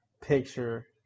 picture